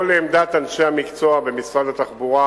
עמדת כל אנשי המקצוע במשרד התחבורה,